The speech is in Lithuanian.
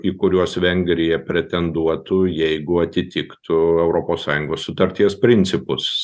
į kuriuos vengrija pretenduotų jeigu atitiktų europos sąjungos sutarties principus